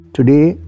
Today